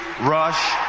Rush